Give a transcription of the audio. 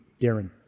Darren